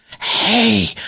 Hey